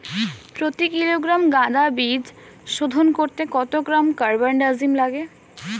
প্রতি কিলোগ্রাম গাঁদা বীজ শোধন করতে কত গ্রাম কারবানডাজিম লাগে?